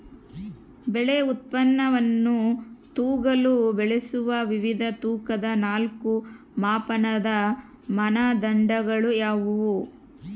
ಬೆಳೆ ಉತ್ಪನ್ನವನ್ನು ತೂಗಲು ಬಳಸುವ ವಿವಿಧ ತೂಕದ ನಾಲ್ಕು ಮಾಪನದ ಮಾನದಂಡಗಳು ಯಾವುವು?